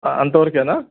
అంతవరకా